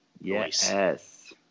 Yes